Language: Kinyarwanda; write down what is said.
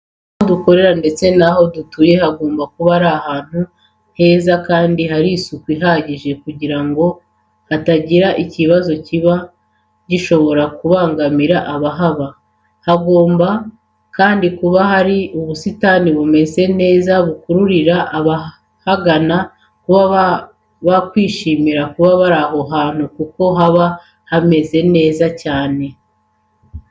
Aho dukorera ndetse naho dutuye hagomba kuba ari ahantu heza kandi hari isuku ihagije kugira ngo hatagira ikibazo kiba gishobora kubangamira abahaba. Hagomba kandi kuba hari ubusitani bumeze neza kandi bukururira abahagana kuba bakwishimira kuba bari aho hantu kuko haba hameze neza cyane.